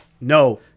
no